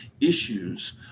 issues